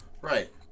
Right